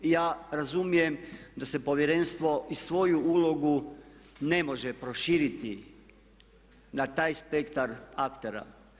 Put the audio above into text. I ja razumijem da se Povjerenstvo i svoju ulogu ne može proširiti na taj spektar aktera.